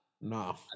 no